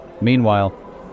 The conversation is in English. Meanwhile